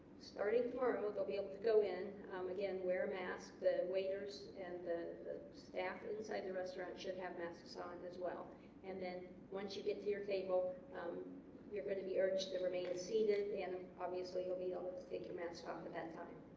starting tomorrow they'll be able to go in again wear masks the waiters and the staff inside the restaurant should have masks on as well and then once you get to your table um you're going to be urged to remain seated and obviously be able um and to take your mask off at that time.